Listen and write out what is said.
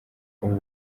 ubu